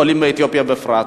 עולים מאתיופיה בפרט.